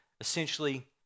Essentially